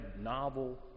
novel